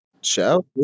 Show